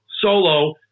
solo